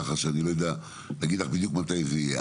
כך שאני לא יודע להגיד לך בדיוק מתי זה יהיה,